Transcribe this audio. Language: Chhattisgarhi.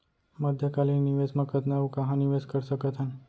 मध्यकालीन निवेश म कतना अऊ कहाँ निवेश कर सकत हन?